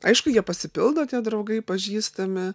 aišku jie pasipildo tie draugai pažįstami